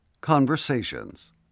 Conversations